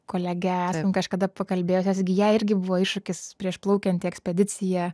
kolege esam kažkada pakalbėjusios gi jai irgi buvo iššūkis prieš plaukiant į ekspediciją